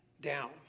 down